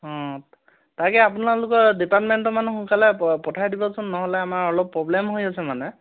অঁ তাকে আপোনালোকৰ ডিপাৰ্টমেণ্টৰ মানুহ সোনকালে প পঠাই দিবচোন নহ'লে আমাৰ অলপ প্ৰব্লেম হৈ আছে মানে